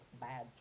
bad